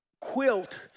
quilt